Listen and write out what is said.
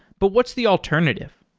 but what's the alternative?